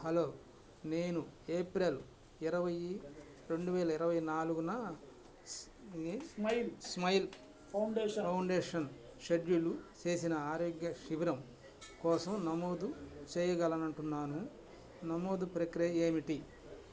hello నేను April ఇరవై రెండువేల ఇరవై నాలుగున స్మైల్ ఫౌండేషన్ షెడ్యూలు చేసిన ఆరోగ్య శిబిరం కోసం నమోదు చేయగలనంటున్నాను నమోదు ప్రక్రియ ఏమిటి